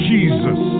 Jesus